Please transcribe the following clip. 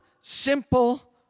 simple